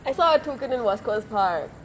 I saw a toucan in west coast park